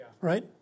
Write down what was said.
Right